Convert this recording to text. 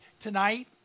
Tonight